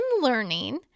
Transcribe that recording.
learning